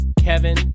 Kevin